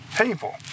People